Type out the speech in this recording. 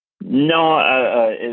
No